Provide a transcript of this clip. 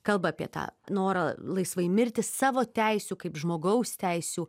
kalba apie tą norą laisvai mirti savo teisių kaip žmogaus teisių